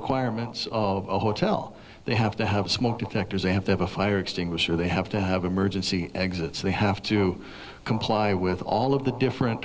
requirements of a hotel they have to have smoke detectors and have a fire extinguisher they have to have emergency exits they have to comply with all of the different